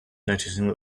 noticing